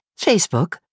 Facebook